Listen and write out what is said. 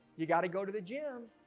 you got to go to the gym.